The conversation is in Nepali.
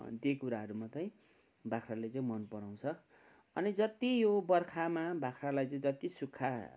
त्यही कुराहरू मात्रै बाख्राले चाहिँ मनपराउँछ अनि जति यो बर्खामा बाख्रालाई चाहिँ जति सुक्खा